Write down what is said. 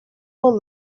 will